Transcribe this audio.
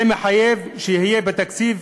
מחויב שזה יהיה בתקציב,